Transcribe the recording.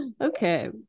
Okay